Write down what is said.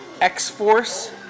X-Force